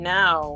now